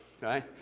right